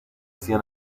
sia